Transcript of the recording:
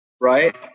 right